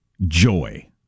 joy